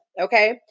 Okay